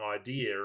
idea